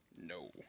No